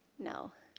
no.